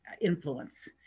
influence